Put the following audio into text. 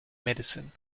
medicine